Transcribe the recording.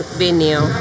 venue